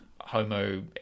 homo